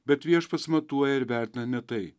bet viešpats matuoja ir vertina ne tai